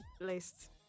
list